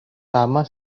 lama